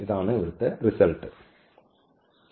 ഇതാണ് ഇവിടുത്തെ റിസൾട്ട്